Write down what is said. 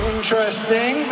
Interesting